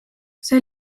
see